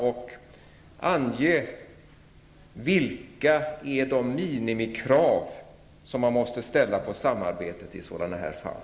Ange här vilka som är de minimikrav som man måste ställa på samarbetet i sådana här fall.